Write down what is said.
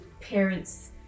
parents